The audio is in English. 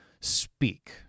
speak